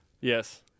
Yes